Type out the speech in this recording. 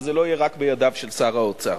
וזה לא יהיה רק בידיו של שר האוצר.